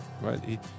right